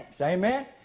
Amen